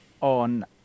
on